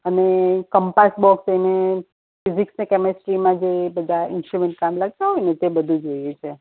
અને compass box અને ફિસિક્સને કેમેસ્ટ્રીમાં જે બધાં ઇન્સટ્રૂમેંટ કામ લાગતા હોયને તે બધું જોઈએ છે